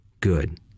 good